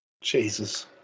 Jesus